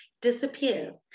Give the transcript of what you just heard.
disappears